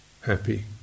happy